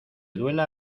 duela